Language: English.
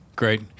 great